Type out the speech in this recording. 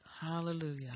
Hallelujah